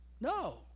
No